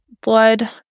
blood